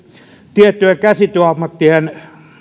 tiettyjen käsityöammattien